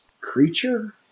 creature